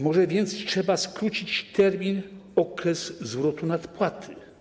Może więc trzeba skrócić termin, okres zwrotu nadpłaty.